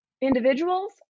individuals